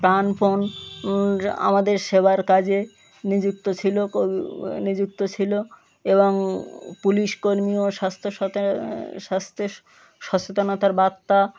প্রাণপণ আমাদের সেবার কাজে নিযুক্ত ছিল নিযুক্ত ছিল এবং পুলিশকর্মী ও স্বাস্থ্য স্বাস্থ্যের সচেতনতার বার্তা